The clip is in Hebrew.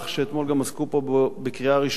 שאתמול גם עסקו בו פה בקריאה ראשונה,